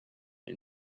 and